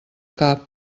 cap